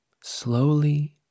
slowly